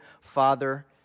father